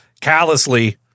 callously